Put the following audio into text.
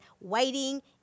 waiting